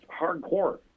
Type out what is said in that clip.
hardcore